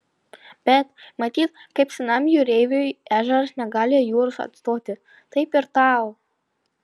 bet matyt kaip senam jūreiviui ežeras negali jūros atstoti taip ir tau